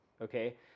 Okay